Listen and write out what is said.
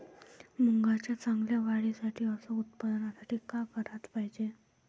मुंगाच्या चांगल्या वाढीसाठी अस उत्पन्नासाठी का कराच पायजे?